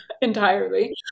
entirely